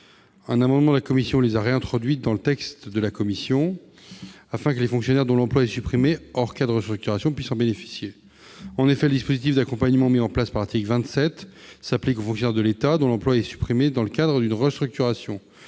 Un amendement de la commission les a réintroduites dans le texte de la commission, afin que les fonctionnaires dont l'emploi est supprimé hors cas de restructuration puissent en bénéficier. En effet, le dispositif d'accompagnement mis en place par l'article 27 s'applique aux fonctionnaires de l'État dont l'emploi est supprimé dans le cadre d'une restructuration.